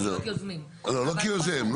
לא כיוזם.